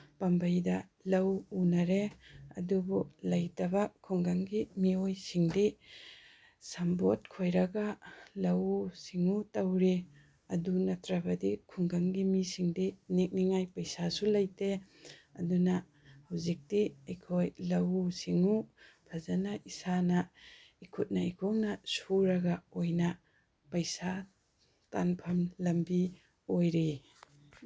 ꯄꯥꯝꯕꯩꯗ ꯂꯧ ꯎꯅꯔꯦ ꯑꯗꯨꯕꯨ ꯂꯩꯇꯕ ꯈꯨꯡꯒꯪꯒꯤ ꯃꯤꯑꯣꯏꯁꯤꯡꯗꯤ ꯁꯝꯕꯣꯠ ꯈꯣꯏꯔꯒ ꯂꯧꯎ ꯁꯤꯡꯎ ꯇꯧꯔꯤ ꯑꯗꯨ ꯅꯠꯇ꯭ꯔꯕꯗꯤ ꯈꯨꯡꯒꯪꯒꯤ ꯃꯤꯁꯤꯡꯗꯤ ꯅꯦꯛꯅꯤꯉꯥꯏ ꯄꯩꯁꯥꯁꯨ ꯂꯩꯇꯦ ꯑꯗꯨꯅ ꯍꯧꯖꯤꯛꯇꯤ ꯑꯩꯈꯣꯏ ꯂꯧꯎ ꯁꯤꯡꯎ ꯐꯖꯅ ꯏꯁꯥꯅ ꯏꯈꯨꯠꯅ ꯏꯈꯣꯡꯅ ꯁꯨꯔꯒ ꯑꯣꯏꯅ ꯄꯩꯁꯥ ꯇꯥꯟꯐꯝ ꯂꯝꯕꯤ ꯑꯣꯏꯔꯦ